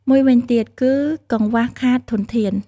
មួយវិញទៀត គឺ កង្វះខាតធនធាន។